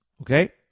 Okay